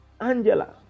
Angela